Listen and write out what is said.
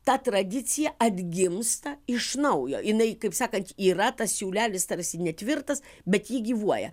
ta tradicija atgimsta iš naujo jinai kaip sakant yra tas siūlelis tarsi netvirtas bet ji gyvuoja